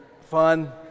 fun